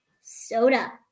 soda